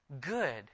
good